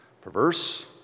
perverse